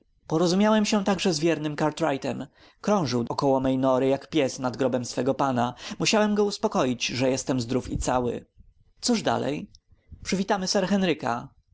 sprawie porozumiałem się już także z wiernym cartwrightem krążył około mojej nory jak pies nad grobem swego pana musiałem go uspokoić że jestem zdrów i cały cóż dalej przywitamy sir henryka